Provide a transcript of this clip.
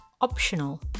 optional